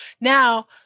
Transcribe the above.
Now